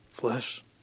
flesh